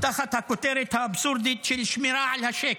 תחת הכותרת האבסורדית של שמירה על השקט.